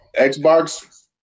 Xbox